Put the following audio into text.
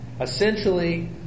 Essentially